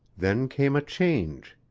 then came a change.